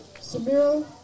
Samira